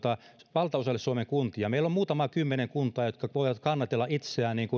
valtaosalle suomen kuntia meillä on muutama kymmenen kuntaa jotka voivat kannatella itseään